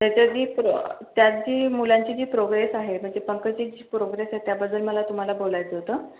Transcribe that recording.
त्याच्या जी प्र त्याची मुलांची जी प्रोग्रेस आहे म्हणजे पंकजची जी प्रोग्रेस आहे त्याबद्दल मला तुम्हाला बोलायचं होतं